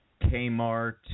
Kmart